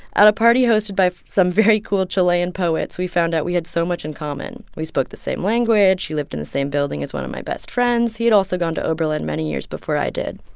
at a party hosted by some very cool chilean poets, we found out we had so much in common. we spoke the same language. he lived in the same building as one of my best friends. he had also gone to oberlin many years before i did.